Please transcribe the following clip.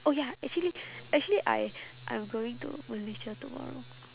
oh ya actually actually I I'm going to malaysia tomorrow